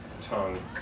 tongue